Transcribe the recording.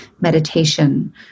meditation